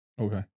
Okay